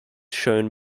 shown